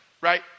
right